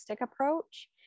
approach